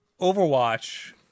Overwatch